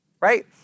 right